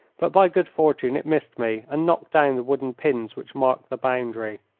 but by good fortune it missed me and knocked down the wooden pins which marked the boundary.